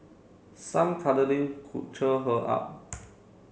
some cuddling could cheer her up